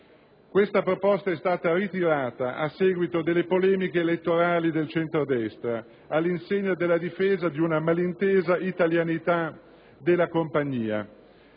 Questa proposta è stata ritirata a seguito delle polemiche elettorali del centrodestra, all'insegna della difesa di una malintesa italianità della compagnia.